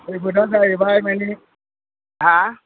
खैफोदा जाहैबाय माने मा